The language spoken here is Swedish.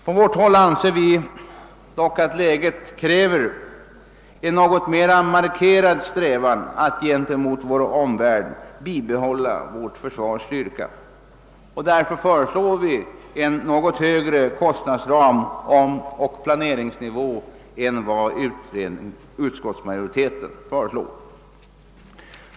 På vårt håll anser vi dock att läget kräver en något mera markerad strävan att gentemot omvärlden bibehålla det svenska försvarets styrka, och därför föreslår vi en något högre kostnadsram och planeringsnivå än vad utskottsmajoriteten gör.